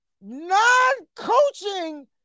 non-coaching